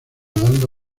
dando